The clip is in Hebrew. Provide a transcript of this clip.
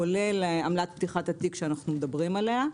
כולל עמלת פתיחת התיק שאנחנו מדברים עליה,